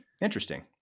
interesting